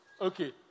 Okay